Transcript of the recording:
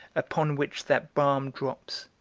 upon which that balm drops?